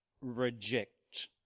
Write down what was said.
reject